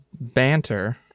banter